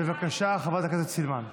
בבקשה, חברת הכנסת סילמן.